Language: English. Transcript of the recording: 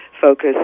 focus